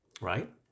right